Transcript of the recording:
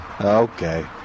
Okay